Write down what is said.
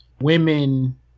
women